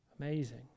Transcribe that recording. Amazing